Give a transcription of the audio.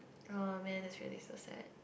oh man that's really so sad